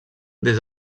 des